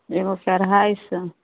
एगोके अढ़ाइ सऔ